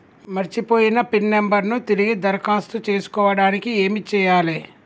మర్చిపోయిన pin number ను తిరిగి దరఖాస్తు చేసుకోవడానికి ఏమి చేయాలే?